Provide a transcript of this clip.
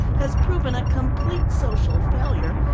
has proven a complete social failure,